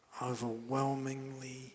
overwhelmingly